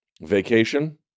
vacation